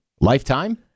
Lifetime